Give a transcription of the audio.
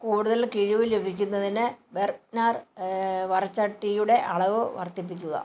കൂടുതൽ കിഴിവ് ലഭിക്കുന്നതിന് ബെർഗ്നർ വറചട്ടിയുടെ അളവ് വർദ്ധിപ്പിക്കുക